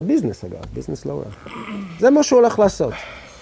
ביזנס אגב, ביזנס לאורך. זה מה שהולך לעשות.